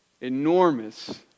enormous